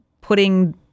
putting